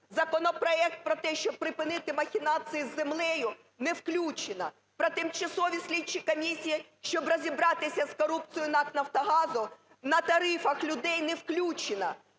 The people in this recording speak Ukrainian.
законопроект про те, щоби припинити махінації із землею – не включено; про тимчасові слідчі комісії, щоб розібратися з корупцією НАК "Нафтогазу" на тарифах людей – не включено!